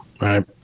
right